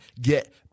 Get